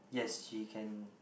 yes she can